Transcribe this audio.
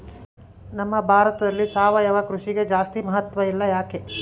ನಮ್ಮ ಭಾರತದಲ್ಲಿ ಸಾವಯವ ಕೃಷಿಗೆ ಜಾಸ್ತಿ ಮಹತ್ವ ಇಲ್ಲ ಯಾಕೆ?